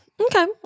okay